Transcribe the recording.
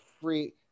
free